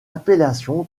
appellation